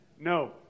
No